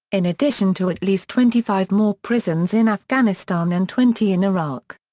in addition to at least twenty five more prisons in afghanistan and twenty in iraq.